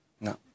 No